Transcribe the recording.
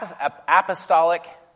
apostolic